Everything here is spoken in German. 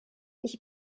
ich